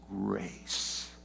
grace